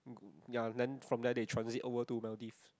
ya and then from there they transit over to Maldives